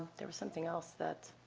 there was something else that,